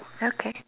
okay